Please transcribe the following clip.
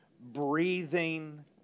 breathing